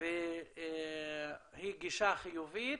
היא גישה חיובית.